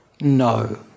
no